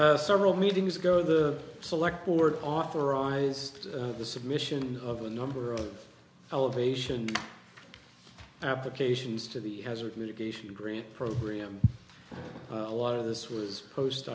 draft several meetings ago the select board authorized the submission of a number of elevation applications to the hazard mitigation great program a lot of this was pos